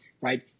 right